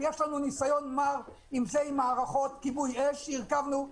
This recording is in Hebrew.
יש לנו ניסיון מר עם מערכות כיבוי אש שהרכבנו,